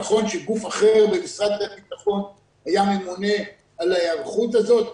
נכון שגוף אחר במשרד הביטחון היה ממונה על ההיערכות הזאת,